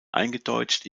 eingedeutscht